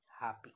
happy